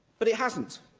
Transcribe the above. but it hasn't,